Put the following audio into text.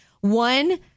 One